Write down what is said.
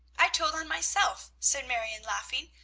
i told on myself, said marion, laughing,